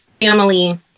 family